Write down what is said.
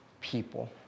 people